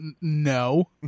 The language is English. no